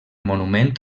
monument